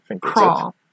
crawl